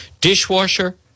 dishwasher